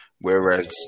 Whereas